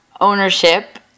ownership